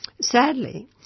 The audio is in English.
Sadly